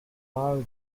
wall